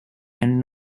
and